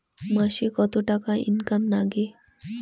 মাসে কত টাকা ইনকাম নাগে?